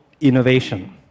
innovation